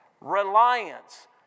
reliance